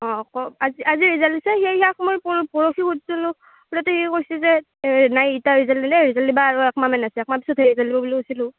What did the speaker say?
অঁ কওক আজি আজি ৰিজাল্ট দিছে সিয়া সিয়াক মই পৰহি পৰহি সুধিছিলোঁ সুধোঁতে সি কৈছি যে এই নাই এতিয়া ৰিজাল্ট নিদিয়ে ৰিজাল্ট দিবা আৰু এক মাহমান আছে এক মাহৰ পিছত দিব বুলি কৈছিলোঁ